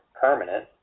permanent